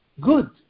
good